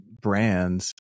brands